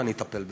ואני אטפל בזה.